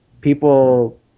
people